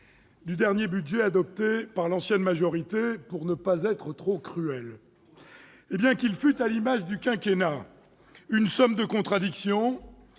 du dernier budget adopté par l'ancienne majorité, pour ne pas être trop cruel ? Qu'il fut, à l'image du quinquennat, une somme de contradictions,